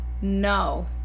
No